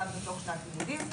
גם בתוך שנת הלימודים.